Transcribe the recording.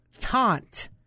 Taunt